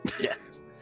Yes